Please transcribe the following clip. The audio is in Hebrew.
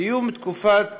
סיום תקופת